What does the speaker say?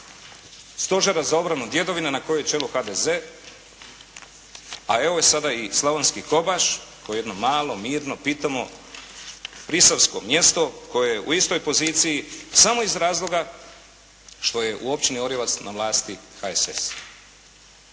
Stožera za obranu Djedovina na kojem čelu je HDZ, a evo, sada i Slavonski Kobaš, koji je jedno malo, mirno, pitomo, prisavsko mjesto koje je u istoj poziciji samo iz razloga što je u općini Orijovac na vlasti HSS.